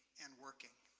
and working.